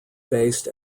based